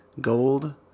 gold